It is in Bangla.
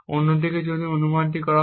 অন্যদিকে যদি অনুমানটি সঠিক হয়